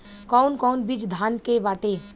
कौन कौन बिज धान के बाटे?